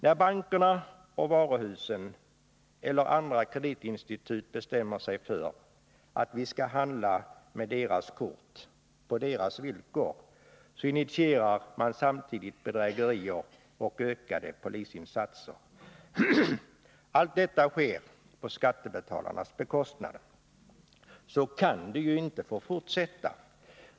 När bankerna och varuhusen eller andra Fredagen den kreditinstitut bestämmer sig för att vi skall handla med deras kort och på 28 november 1980 deras villkor, så initierar de samtidigt bedrägerier och ökade polisinsatser. Allt detta sker på skattebetalarnas bekostnad. Så kan det ju inte få fortsätta.